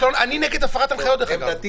אני נגד הפרת הנחיות, דרך אגב.